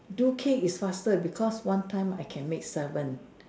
do cake is faster because one time I can make seven